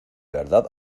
verdad